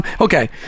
Okay